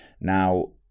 Now